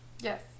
Yes